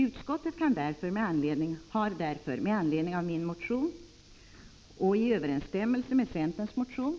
Utskottet har därför med anledning av min motion 225 och i överensstämmelse med centerns motion